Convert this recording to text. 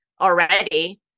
already